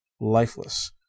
lifeless